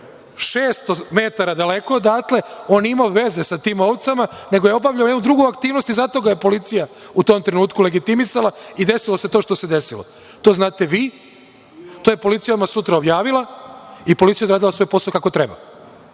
metara daleko odatle, on nije imao veze sa tim ovcama, nego je obavljao jednu drugu aktivnost, zato ga je policija u tom trenutku legitimisala i desilo se to što se desilo. To znate vi, to je policija odmah sutra objavila, i policija je odradila svoj posao kako treba. Molim